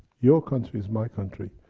your country is my country,